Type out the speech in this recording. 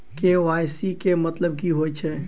KYC केँ मतलब की होइ छै?